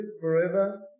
forever